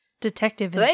Detective